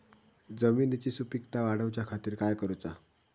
जमिनीची सुपीकता वाढवच्या खातीर काय करूचा?